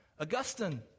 Augustine